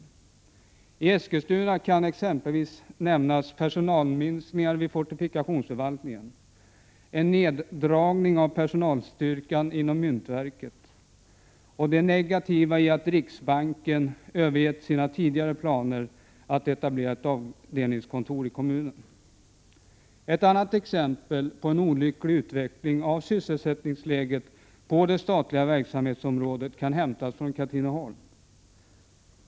Från Eskilstuna kan exempelvis nämnas neddragningar i personalstyrkan vid fortifikationsförvaltningen och myntverket. Det är också negativt att riksbanken övergett sina tidigare planer på att etablera ett avdelningskontor i kommunen. Ett annat exempel på en olycklig utveckling av sysselsättningsläget på det statliga verksamhetsområdet kan hämtas från Katrineholm.